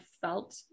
felt